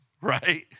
right